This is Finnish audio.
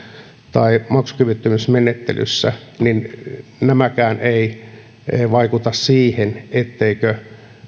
tai maksukyvyttömyysmenettelyssä niin nämäkään eivät vaikuta siihen etteikö